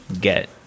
get